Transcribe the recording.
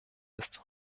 ist